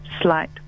slight